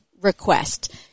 request